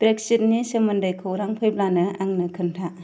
ब्रेक्सितनि सोमोन्दै खौरां फैब्लानो आंनो खोन्था